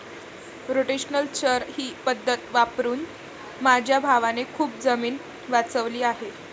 rotational चर ही पद्धत वापरून माझ्या भावाने खूप जमीन वाचवली आहे